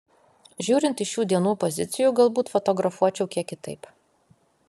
žiūrint iš šių dienų pozicijų galbūt fotografuočiau kiek kitaip